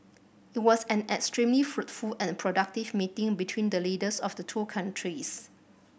it was an extremely fruitful and productive meeting between the leaders of the two countries